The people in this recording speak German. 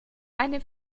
eine